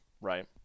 right